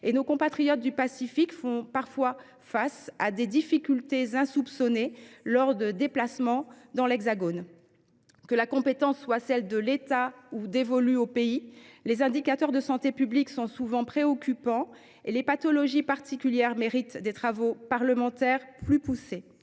Nos compatriotes du Pacifique font parfois face à des difficultés insoupçonnées lors de déplacements dans l’Hexagone. Que la compétence concernée relève de l’État ou soit dévolue au « pays », les indicateurs de santé publique sont souvent préoccupants et les pathologies particulières méritent des travaux parlementaires plus poussés